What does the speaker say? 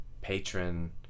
patron